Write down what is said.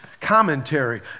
commentary